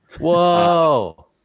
Whoa